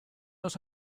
los